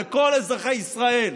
לכל אזרחי ישראל.